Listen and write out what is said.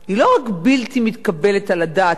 הוא לא רק בלתי מתקבל על הדעת,